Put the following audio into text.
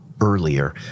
earlier